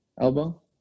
Elbow